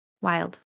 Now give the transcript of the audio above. Wild